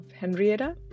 Henrietta